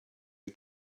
you